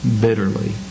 bitterly